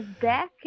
Back